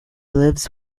lives